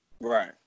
Right